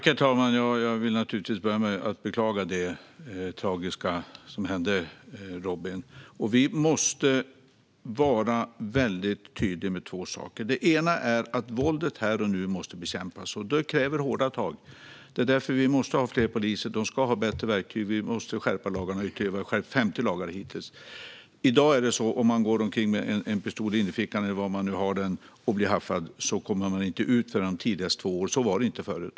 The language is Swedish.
Herr talman! Jag vill naturligtvis börja med att beklaga det tragiska som hände Robin. Vi måste vara väldigt tydliga med två saker. Det ena är att våldet här och nu måste bekämpas, och det kräver hårda tag. Det är därför vi måste ha fler poliser. De ska ha bättre verktyg. Vi måste skärpa lagarna och har skärpt 50 lagar hittills. Om man i dag går omkring med en pistol i innerfickan, eller var man nu har den, och blir haffad kommer man inte ut förrän om tidigast två år. Så var det inte förut.